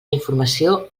informació